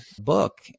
book